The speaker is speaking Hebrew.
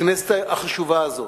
הכנסת החשובה הזאת,